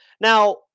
Now